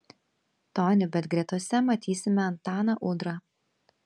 tonybet gretose matysime antaną udrą